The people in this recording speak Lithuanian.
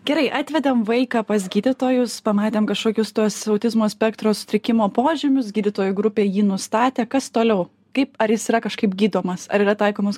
gerai atvedėm vaiką pas gydytojus pamatėm kašokius tuos autizmo spektro sutrikimo požymius gydytojų grupė jį nustatė kas toliau kaip ar jis yra kažkaip gydomas ar yra taikomos